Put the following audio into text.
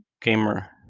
gamer